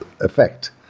effect